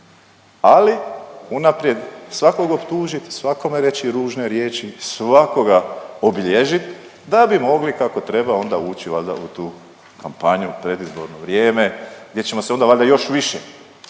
ali unaprijed svakog optužit, svakome reći ružne riječi, svakoga obilježit da bi mogli kako treba onda ući valjda u tu kampanju, predizborno vrijeme gdje ćemo se onda valjda još više